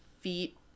feet